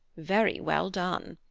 very well done,